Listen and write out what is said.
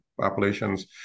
populations